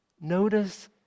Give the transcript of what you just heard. Notice